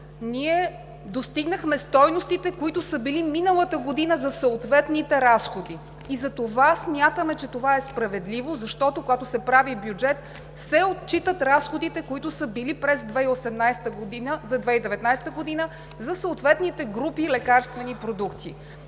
ние достигнахме стойностите, които са били миналата година за съответните разходи. И затова смятаме, че това е справедливо, защото, когато се прави бюджет, се отчитат разходите, които са били за 2019 г. за съответните групи лекарствени продукти.